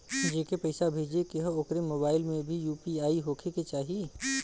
जेके पैसा भेजे के ह ओकरे मोबाइल मे भी यू.पी.आई होखे के चाही?